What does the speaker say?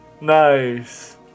Nice